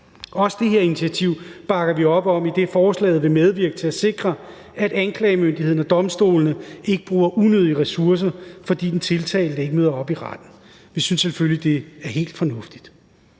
Også det her initiativ bakker vi op om, idet forslaget vil medvirke til at sikre, at anklagemyndigheden og domstolene ikke bruger unødige ressourcer, fordi den tiltalte ikke møder op i retten. Vi synes selvfølgelig, det er helt fornuftigt.